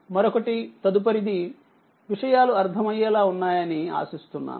మరొకటి తదుపరిదివిషయాలు అర్థమయ్యేలా ఉన్నాయని ఆశిస్తున్నాను